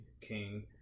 King